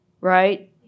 right